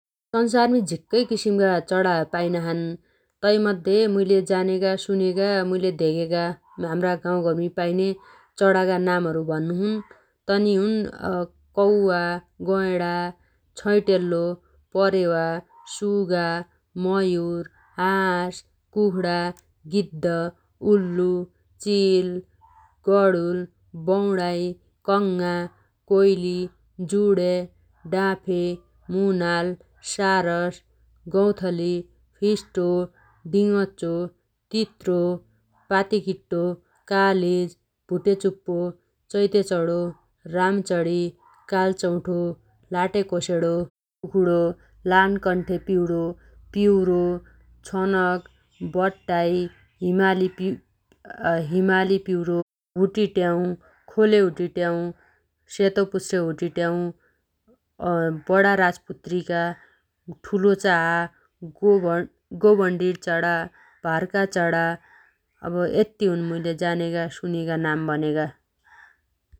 स‌ंसारमी झिक्कै किसिमगा चणा पाइनाछन् । तैमध्ये मुइले जानेगा सुनेगा मुइले धेगेगा हाम्रा गाउँघरमी पाइन्या चणागा नामहरु भन्नोछु । तनि हुन् कौवा, गयणा, छैटेल्लो, परेवा, सुगा ,मयुर, हाँस, कुखुणा, गिद्द, उल्लु, चील, गणुल, बौडाइ, कङ्ङा, कोइली, जुण्या, डाँफे, मुनाल, सारस, गौथली, फिस्टो, डिङच्चो, तित्रो, पातिकिट्टो, कालिज, भुटेचुप्पो, चैतेचणो, रामचणी, कालचौठो, लाटेकोसेणो, कुखुणो, लामकण्ठे पिउणो, पिउणो, छनक, बट्टाइ, हिमाली_ हिमाली पिउणो, हुटिट्याउ, खोले हुटिट्याउ, सेतो पुच्छ्रे हुटिट्याउ, बणा राजपुत्रिका ,ठुलो चाहा, गोभा_गोभन्डिड चणा, भार्का चणा अब यत्ति हुन् मुइले जानेगा सुनेगा नाम भनेगा ।